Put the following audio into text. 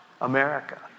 America